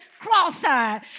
cross-eyed